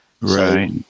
Right